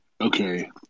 Okay